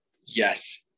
yes